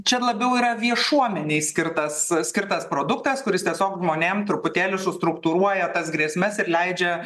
čia labiau yra viešuomenei skirtas skirtas produktas kuris tiesiog žmonėm truputėlį sustruktūruoja tas grėsmes ir leidžia